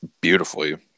beautifully